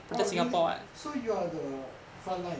orh real~ so you are the front line